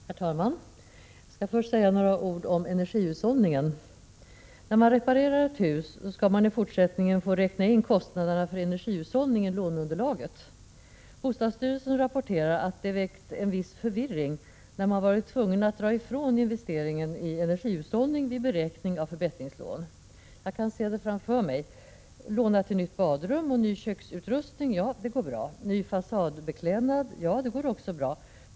Herr talman! Jag skall först säga några ord om energihushållning. När man reparerar ett hus skall man i fortsättningen få räkna in kostnaderna för energihushållning i låneunderlaget. Bostadsstyrelsen rapporterar att det har väckt en viss förvirring när man varit tvungen att dra ifrån investeringen i energihushållning vid beräkningen av förbättringslån. Jag kan se det hela framför mig. Låna till nytt badrum och ny köksutrustning — ja, det går bra. Ny fasadbeklädnad — ja, det går också bra.